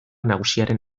nagusiaren